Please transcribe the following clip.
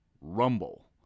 Rumble